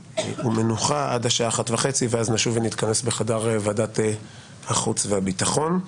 עד השעה 13:30 ואז נשוב ונתכתב בחדר ועדת החוץ והביטחון.